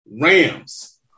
Rams